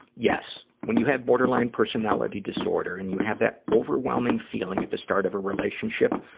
yes. when you have borderline personality disorder and you have that overwhelming feeling at the start of a relationship,